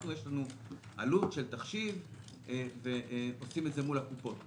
יש לנו עלות של תחשיב ועושים את זה מול קופות החולים.